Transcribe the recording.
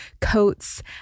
coats